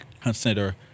consider